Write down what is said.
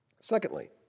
Secondly